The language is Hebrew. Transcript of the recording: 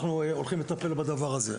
אנחנו הולכים לטפל בדבר הזה.